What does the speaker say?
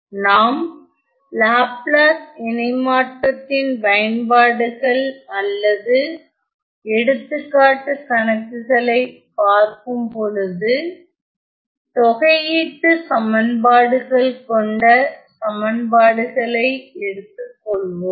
நாம் லாப்லாஸ் இணைமாற்றத்தின் பயன்பாடுகள் அல்லது எடுத்துக்காட்டு கணக்குகளை பார்க்கும் பொழுது தொகையீட்டுச் சமன்பாடுகள் கொண்ட சமன்பாடுகளை எடுத்துக்கொள்வோம்